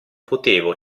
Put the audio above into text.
potevo